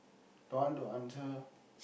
don't want to answer